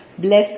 bless